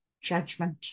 judgment